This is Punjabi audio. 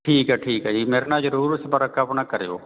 ਠੀਕ ਹੈ ਠੀਕ ਹੈ ਜੀ ਮੇਰੇ ਨਾਲ ਜ਼ਰੂਰ ਸੰਪਰਕ ਆਪਣਾ ਕਰੀਉ